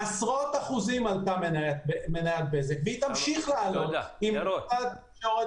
עשרות אחוזים עלתה מניית בזק והיא תמשיך לעלות אם משרד התקשורת